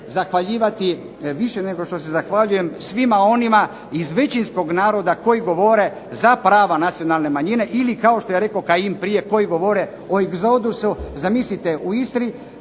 zahvaljivati više nego što se zahvaljujem svima onima iz većinskog naroda koji govore za prava nacionalne manjine ili kao što je rekao Kajin prije, koji govore o egzodusu. Zamislite, u Istri